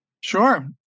Sure